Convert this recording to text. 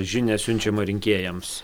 žinią siunčiamą rinkėjams